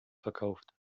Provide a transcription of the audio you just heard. verkauft